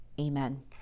amen